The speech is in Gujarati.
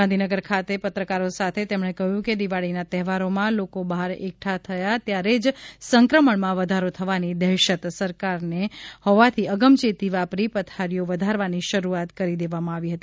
ગાંધીનગર ખાતે પત્રકારો સાથે તેમણે કહ્યું કે દિવાળીના તહેવારોમાં લોકો બહાર એકઠા થયા ત્યારે જ સંક્રમણમાં વધારો થવાની દહેશત સરકાર નેહોવાથી અગમચેતી વાપરી પથારીઓ વધારવાની શરૂઆત કરી દેવામાં આવી હતી